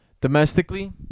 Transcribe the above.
Domestically